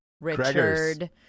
Richard